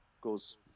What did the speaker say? goes